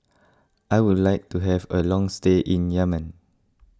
I would like to have a long stay in Yemen